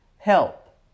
help